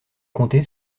comté